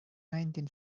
nineteen